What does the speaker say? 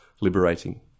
liberating